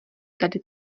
tady